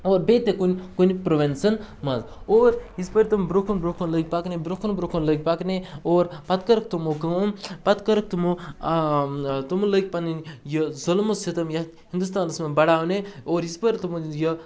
اور بیٚیہِ تہِ کُنہِ کُنہِ پرٛووِنسَن منٛز اور یِژ پھِر تِم برونٛہہ کُن برونٛہہ کُن لٔگۍ پَکنہِ برونٛہہ کُن برونٛہہ کُن لٔگۍ پَکنہِ اور پَتہٕ کٔرٕکھ تمو کٲم پَتہٕ کٔرٕکھ تمو تم لٔگۍ پَنٕنۍ یہِ ظُلمہٕ سِتَم یَتھ ہِندوستانَس مںٛز بَڑاونہِ اور یِژ پھِر تمو یہِ